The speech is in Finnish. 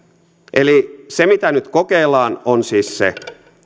eli se mitä nyt kokeillaan on siis se